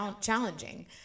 challenging